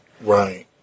Right